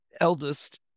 eldest